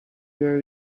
your